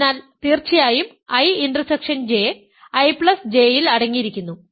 അതിനാൽ തീർച്ചയായും I intersection J IJ യിൽ അടങ്ങിയിരിക്കുന്നു